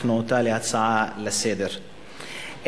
הפכנו אותה להצעה לסדר-היום.